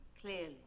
clearly